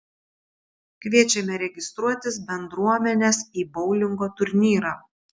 kviečiame registruotis bendruomenes į boulingo turnyrą